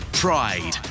pride